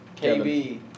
KB